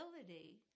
ability